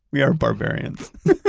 we are barbarians.